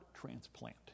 transplant